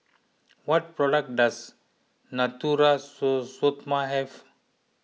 what products does Natura Stoma have